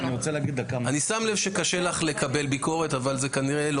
אני רוצה דקה להגיד משהו, תן לי עשר שניות.